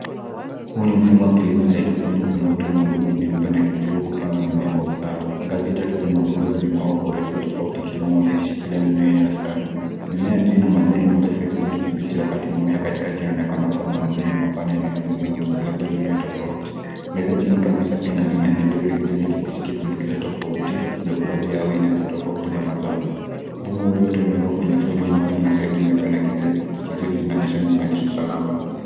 Huu ni mfumo wa kilimo cha hydroponics unaotumia miundo myeupe na kijivu kupanga mimea kwa usawa. Ngazi tatu za magomba zimepangwa kwa urefu tofauti kila moja ikishikilia mimea inayostwai. Mimea juu ina majani marefu ya kijani kibichi wakati mimea juu inaonekana kuwa na majani mapana yenye rangi nyeusi, Labda mimea tofauti. Mbele chini kabisa pia ina mimea midogo yenye kijani kibichi tofauti za kuwa aina tofauti za mazao. Mfumo huu wote umewekwa kwenye sehemu imara na sehemu inaonyesha salama.